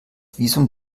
visum